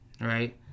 right